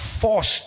forced